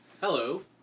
Hello